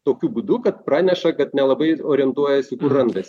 tokiu būdu kad praneša kad nelabai orientuojasi kur randas